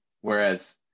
whereas